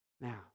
Now